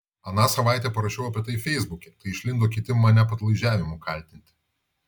aną savaitę parašiau apie tai feisbuke tai išlindo kiti mane padlaižiavimu kaltinti